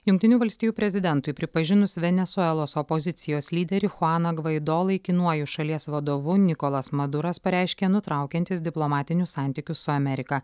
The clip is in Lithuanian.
jungtinių valstijų prezidentui pripažinus venesuelos opozicijos lyderį chuaną gvaido laikinuoju šalies vadovu nikolas maduras pareiškė nutraukiantis diplomatinius santykius su amerika